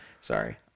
Sorry